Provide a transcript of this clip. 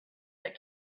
but